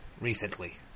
recently